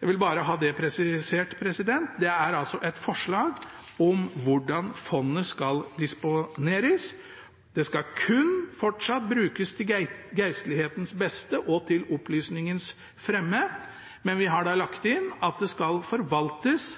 Jeg vil bare ha det presisert. Det er altså et forslag om hvordan fondet skal disponeres. Det skal fortsatt kun brukes til geistlighetens beste og til opplysningens fremme, men vi har lagt inn at det skal forvaltes